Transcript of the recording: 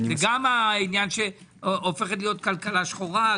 גם העניין שהופכת להיות כלכלה שחורה,